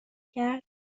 کرد